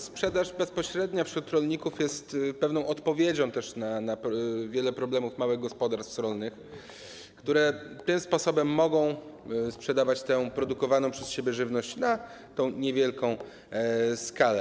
Sprzedaż bezpośrednia wśród rolników jest pewną odpowiedzią na wiele problemów małych gospodarstw rolnych, które tym sposobem mogą sprzedawać produkowaną przez siebie żywność na tę niewielką skalę.